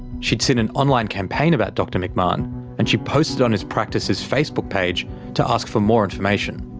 she'd seen an online campaign about dr mcmahon and she posted on his practice's facebook page to ask for more information.